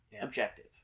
objective